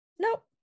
Nope